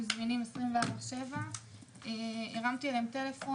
הם זמינים 24/7. הרמתי אליהם טלפון